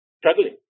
struggling